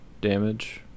damage